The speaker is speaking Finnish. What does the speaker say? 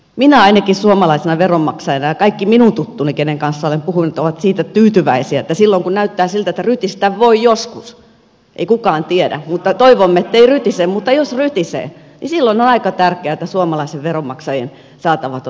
minä ainakin suomalaisena veronmaksajana ja kaikki minun tuttuni keiden kanssa olen puhunut ovat siitä tyytyväisiä että kun näyttää siltä että rytistä voi joskus ei kukaan tiedä mutta toivomme ettei rytise mutta jos rytisee ja silloin on aika tärkeää että suomalaisten veronmaksajien saatavat on turvattu